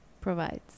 provides